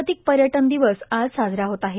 जागतिक पर्यटन दिवस आज साजरा होत आहे